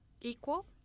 equal